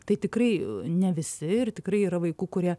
tai tikrai ne visi ir tikrai yra vaikų kurie